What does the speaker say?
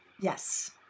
Yes